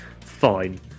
Fine